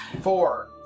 Four